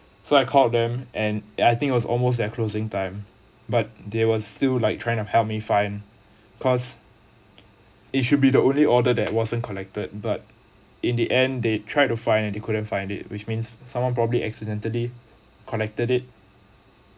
so I called them and I think was almost their closing time but they were still like trying to help me find cause it should be the only order that wasn't collected but in the end they tried to find they couldn't find it which means someone probably accidentally connected it